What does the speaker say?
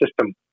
system